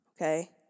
okay